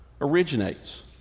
originates